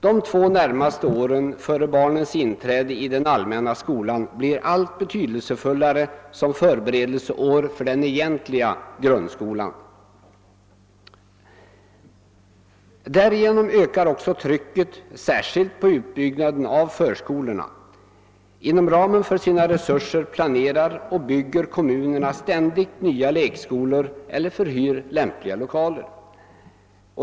De två närmaste åren före barnens inträde i den allmänna skolan blir alltmer betydelsefulla som förberedelseår för den egentliga grundskolan. Därigenom ökar också trycket särskilt på utbyggnaden av förskolorna. Inom ramen för sina resurser planerar och bygger kommunerna ständigt nya lekskolor eller förhyr lämpliga lokaler.